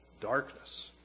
darkness